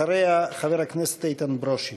אחריה, חבר הכנסת איתן ברושי.